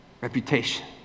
reputation